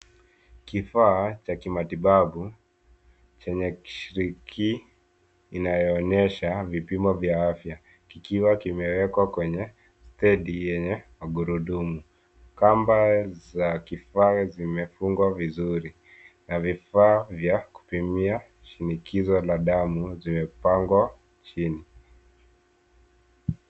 Kifaa cha matibabu chenye skrini inayoonyesha vipimo vya afya kikiwa kimewekwa kwenye stedi yenye magurudumu. Kamba za kifaa zimefungwa vizuri na vifaa vya kupimia vikiwa na damu vimepangwa chini.